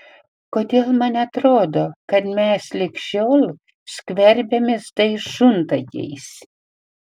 kodėl man atrodo kad mes ligi šiol skverbiamės tais šuntakiais